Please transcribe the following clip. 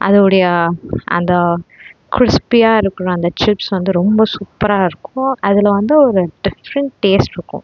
அதோடைய அந்த கிரிஸ்பியாக இருக்கிற அந்த சிப்ஸ் வந்து ரொம்ப சூப்பராக இருக்கும் அதில் வந்து ஒரு டிஃப்ரெண்ட் டேஸ்ட் இருக்கும்